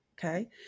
Okay